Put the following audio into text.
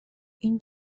این